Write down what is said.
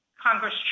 Congress